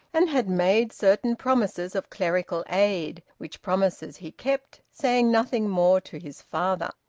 and had made certain promises of clerical aid, which promises he kept, saying nothing more to his father.